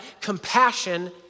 compassion